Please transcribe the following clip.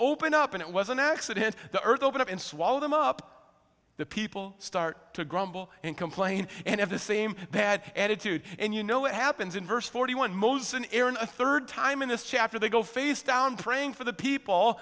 opened up and it was an accident the earth open up and swallow them up the people start to grumble and complain and have the same bad attitude and you know what happens in verse forty one moses and aaron a third time in this chapter they go face down praying for the people